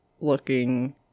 looking